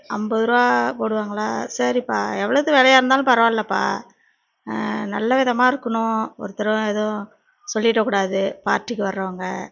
ஐம்பது ரூவா போடுவாங்களா சரிப்பா எவ்வளவு விலையா இருந்தாலும் பரவாயில்லப்பா நல்ல விதமாக இருக்கணும் ஒருத்தரும் எதுவும் சொல்லிவிடக்கூடாது பார்ட்டிக்கு வர்றவங்க